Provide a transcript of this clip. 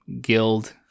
guild